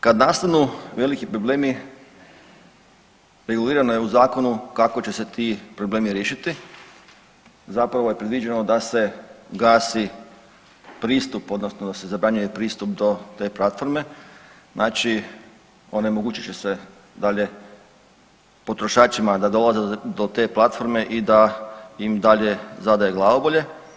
Kad nastanu veliki problemi regulirano je u zakonu kako će se ti problemi riješiti, zapravo je predviđeno da se gasi pristup odnosno da se zabranjuje pristup do te platforme, znači onemogućit će se dalje potrošačima da dolaze do te platforme i da im dalje zadaju glavobolje.